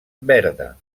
verda